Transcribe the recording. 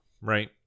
Right